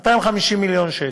250 מיליון שקל.